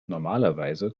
normalerweise